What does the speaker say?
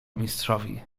mistrzowi